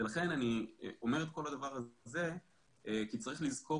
אני אומר את כל הדבר הזה כי צריך לזכור